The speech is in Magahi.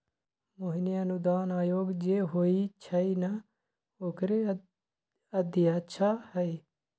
मोहिनी अनुदान आयोग जे होई छई न ओकरे अध्यक्षा हई